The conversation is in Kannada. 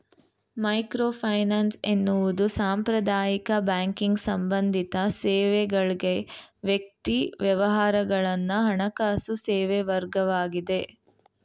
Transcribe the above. ಮೈಕ್ರೋಫೈನಾನ್ಸ್ ಎನ್ನುವುದು ಸಾಂಪ್ರದಾಯಿಕ ಬ್ಯಾಂಕಿಂಗ್ ಸಂಬಂಧಿತ ಸೇವೆಗಳ್ಗೆ ವ್ಯಕ್ತಿ ವ್ಯವಹಾರಗಳನ್ನ ಹಣಕಾಸು ಸೇವೆವರ್ಗವಾಗಿದೆ